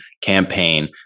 campaign